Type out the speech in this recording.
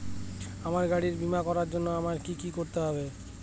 আমার গাড়ির বীমা করার জন্য আমায় কি কী করতে হবে?